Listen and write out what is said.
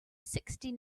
sixty